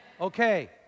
Okay